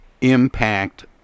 impact